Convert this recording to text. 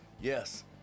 Yes